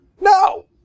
No